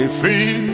free